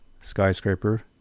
skyscraper